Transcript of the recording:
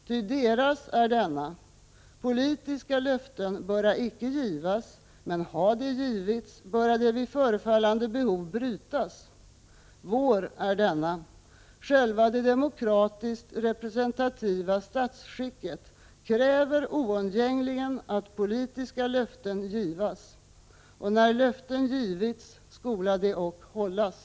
Ty deras är denna: politiska löften böra icke givas, men ha de givits, böra de vid förefallande behov brytas. Vår är denna: själva det demokratisktrepresentativa statsskicket kräver oundgängligen, att politiska löften givas. Och när löften givits, skola de ock hållas.”